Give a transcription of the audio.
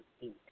eat